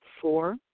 Four